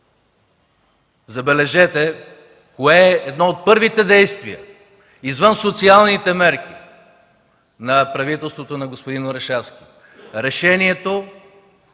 Забележете, кое е едно от първите действия извън социалните мерки на правителството на господин Орешарски? Решението,